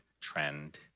trend